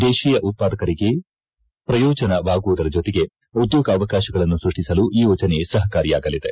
ದೇಶೀಯ ಉತ್ಪಾದಕರಿಗೆ ಪ್ರಯೋಜನವಾಗುವುದರ ಜೊತೆಗೆ ಉದ್ನೋಗಾವಕಾತಗಳನ್ನು ಸ್ಪಷ್ಟಿಸಲು ಈ ಯೋಜನೆ ಸಪಕಾರಿಯಾಗಲಿದೆ